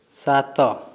ସାତ